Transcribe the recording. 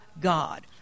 God